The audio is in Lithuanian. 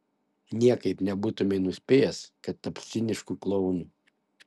niekaip nebūtumei nuspėjęs kad taps cinišku klounu